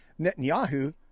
Netanyahu-